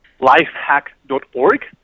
lifehack.org